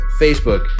Facebook